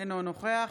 אינו נוכח